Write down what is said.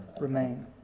remain